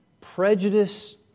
Prejudice